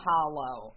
Hollow